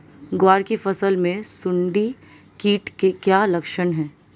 ग्वार की फसल में सुंडी कीट के क्या लक्षण है?